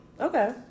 Okay